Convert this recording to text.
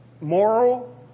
moral